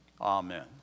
Amen